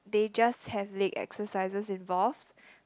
they just have leg exercises involved